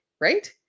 right